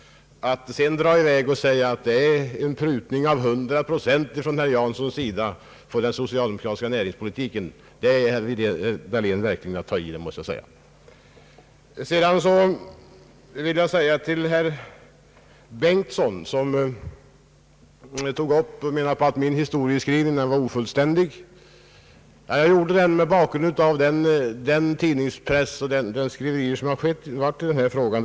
Att sedan dra i väg och säga att herr Jansson har prutat 100 procent på den socialdemokratiska näringspolitiken, det är verkligen att ta i, herr Dahlén. Därefter skulle jag vilja säga några ord till herr Bengtson, som menade att min historieskrivning var ofullständig. Jag gjorde den mot bakgrunden av de tidningsskriverier som förekommit i denna fråga.